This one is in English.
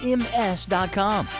ms.com